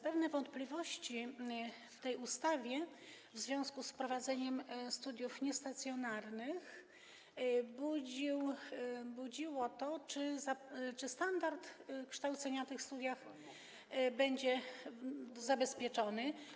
Pewne wątpliwości przy tej ustawie w związku z wprowadzeniem studiów niestacjonarnych budziło to, czy standard kształcenia na tych studiach będzie zabezpieczony.